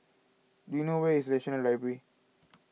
do you know where is National Library